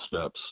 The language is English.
steps